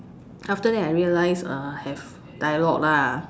after that I realized uh have dialog lah